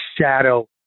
shadow